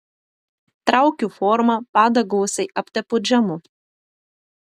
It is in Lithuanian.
traukiu formą padą gausiai aptepu džemu